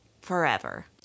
Forever